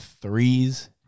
threes